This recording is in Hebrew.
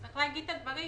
צריך להגיד את הדברים